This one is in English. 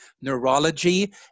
Neurology